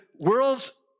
world's